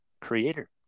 creator